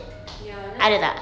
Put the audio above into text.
ya ada